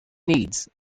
needs